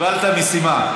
קיבלת משימה.